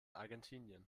argentinien